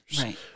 Right